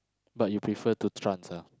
but you prefer to trance ah